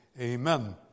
Amen